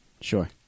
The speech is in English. sure